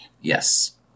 Yes